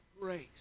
grace